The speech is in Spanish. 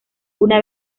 una